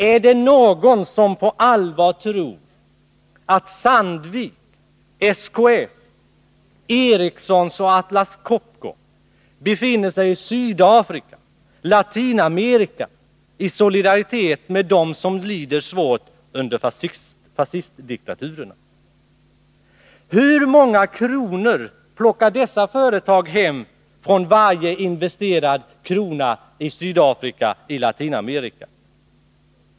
Är det någon som på allvar tror att Sandvik, SKF, Ericsson och Atlas Copco befinner sig i Sydafrika eller Latinamerika på grund av solidaritet med dem som lider svårt under fascistdiktaturerna? Hur många kronor plockar dessa företag hem för varje investerad krona i Sydafrika eller Latinamerika?